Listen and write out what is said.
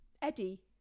Eddie